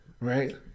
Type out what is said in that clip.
right